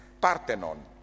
Parthenon